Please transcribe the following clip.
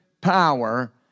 power